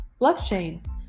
Blockchain